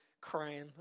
crying